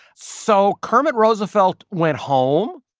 so kermit roosevelt went home.